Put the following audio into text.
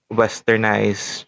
westernized